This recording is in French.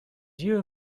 yeux